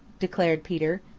declared peter,